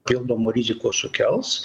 pildomų rizikų sukels